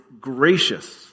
gracious